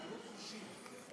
קהת חושים.